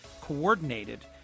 coordinated